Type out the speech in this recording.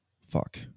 Fuck